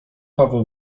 paweł